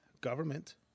government